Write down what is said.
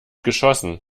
geschossen